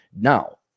Now